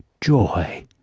joy